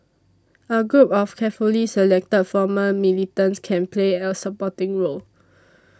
a group of carefully selected former militants can play a supporting role